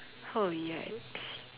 oh yikes